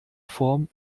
form